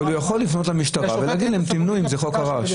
הוא יכול לפנות למשטרה ולהגיד להם: תמנעו אם זה חוק הרעש.